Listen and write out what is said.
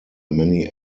many